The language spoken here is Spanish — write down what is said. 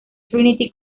trinity